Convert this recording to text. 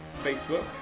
Facebook